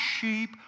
sheep